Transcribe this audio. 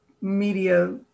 media